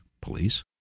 police